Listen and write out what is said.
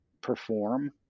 perform